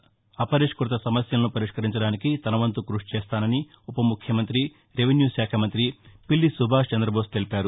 ఓల అపరిష్మత సమస్యలను పరిష్మరించడానికి తనవంతు కృషి చేస్తానని ఉప ముఖ్యమంతి రెవిన్యూ శాఖ మంతి పిల్లి సుభాష్ చంద్రబోస్ తెలిపారు